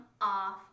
off